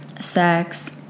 sex